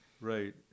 Right